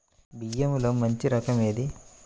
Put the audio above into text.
బియ్యంలో మంచి రకం ఏది?